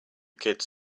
kids